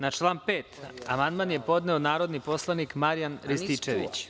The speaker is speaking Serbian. Na član 5. amandman je podneo narodni poslanik Marijan Rističević.